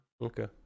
Okay